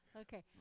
Okay